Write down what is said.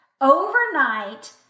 overnight